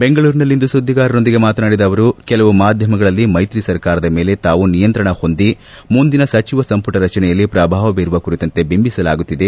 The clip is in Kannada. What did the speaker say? ಬೆಂಗಳೂರಿನಲ್ಲಿಂದು ಸುದ್ದಿಗಾರೊಂದಿಗೆ ಮಾತನಾಡಿದ ಅವರು ಕೆಲವು ಮಾಧ್ಯಮಗಳಲ್ಲಿ ಮೈತ್ರಿ ಸರ್ಕಾರದ ಮೇಲೆ ತಾವು ನಿಯಂತ್ರಣ ಹೊಂದಿ ಮುಂದಿನ ಸಚಿವ ಸಂಪುಟ ರಚನೆಯಲ್ಲಿ ಪ್ರಭಾವ ಬೀರುವ ಕುರಿತಂತೆ ಬಿಂಬಿಸಲಾಗುತ್ತಿದೆ